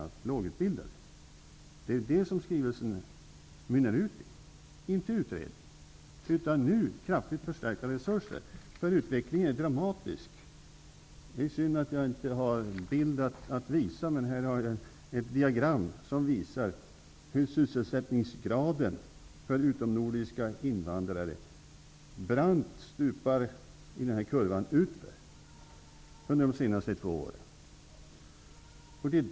Nu krävs förstärkta resurser, för utvecklingen är dramatisk. Det är synd att jag inte har möjlighet att visa en bild, men jag har här ett diagram som visar att kurvan för sysselsättningsgraden för utomnordiska invandrare under de två senaste åren brant stupar utför.